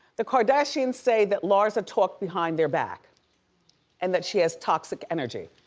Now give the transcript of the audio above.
the kardashians say that larsa talked behind their back and that she has toxic energy.